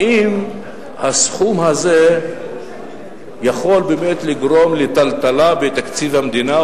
האם הסכום הזה יכול באמת לגרום לטלטלה בתקציב המדינה,